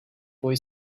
boy